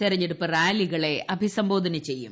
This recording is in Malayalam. തെരെഞ്ഞെടുപ്പ് റാലികളെ അഭിസംബോധന ചെയ്യും